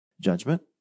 judgment